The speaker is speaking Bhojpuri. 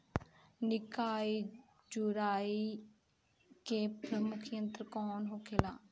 निकाई गुराई के प्रमुख यंत्र कौन होखे?